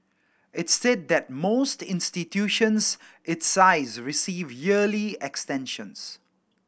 it said that most institutions its size receive yearly extensions